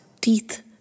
teeth